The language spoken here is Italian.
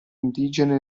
indigene